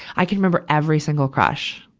i could remember every single crush.